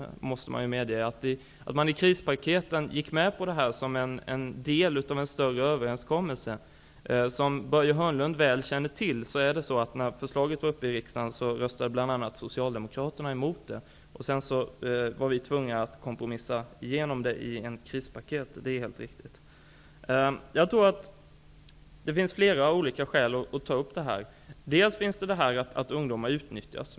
Jag måste medge att man i krispaketen gick med på detta som en del av en större överenskommelse. Men som Börje Hörnlund väl känner till röstade bl.a. socialdemokraterna emot förslaget när det var uppe i riksdagen. Sedan blev vi tvungna att kompromissa igenom det i ett krispaket, det är helt riktigt. Det finns flera olika skäl till att ta upp den här frågan. Ett skäl är att ungdomar utnyttjas.